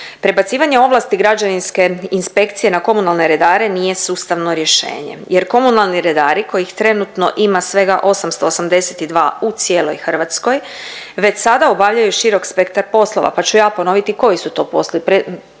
Prebacivanje ovlasti građevinske inspekcije na komunalne redare nije sustavno rješenje jer komunalni redari kojih trenutno ima svega 882 u cijeloj Hrvatskoj, već sada obavljaju širok spektar poslova, pa ću ja ponoviti koji su to poslovi.